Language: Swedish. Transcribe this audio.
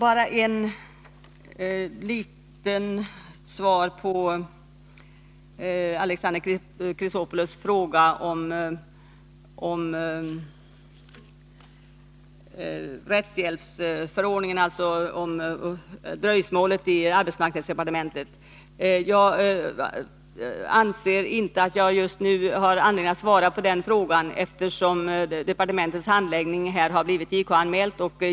Alexander Chrisopoulos ställde en fråga om rättshjälpsförordningen och dröjsmålet i arbetsmarknadsdepartementet. Jag anser inte att jag just nu har anledning att svara på den frågan, eftersom departementets handläggning har blivit JK-anmäld.